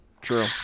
true